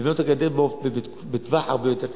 לבנות את הגדר בטווח הרבה יותר קצר.